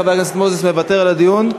חבר הכנסת מוזס מוותר על הדיון?